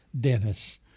Dennis